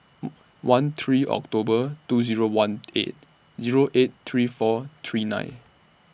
one three October two Zero one eight Zero eight three four three nine